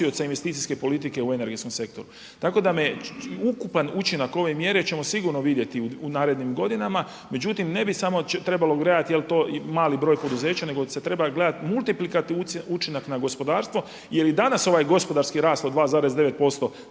investicijske politike u energetskom sektoru. Tako da me ukupan učinak ove mjere ćemo sigurno vidjeti u narednim godinama, međutim ne bi samo trebalo gledati jel to mali broj poduzeća nego se treba gledati multiplikativni učinak na gospodarstvo jel i danas ovaj gospodarski rast od 2,9%